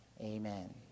Amen